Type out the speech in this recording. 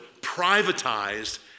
privatized